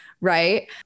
right